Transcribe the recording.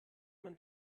man